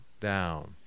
down